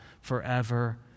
forever